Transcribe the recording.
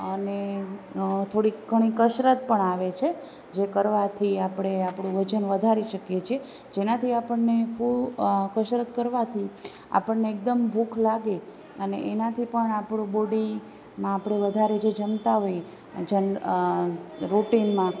અને થોડીક ઘણી કસરત પણ આવે છે જે કરવાંથી આપણે આપણું વજન વધારી શકીએ છે જેનાંથી આપણને કસરત કરવાંથી આપણને એકદમ ભૂખ લાગે અને એનાંથી પણ આપણું બોડી માં આપણે વધારે જે જમતા હોઈએ રૂટિનમાં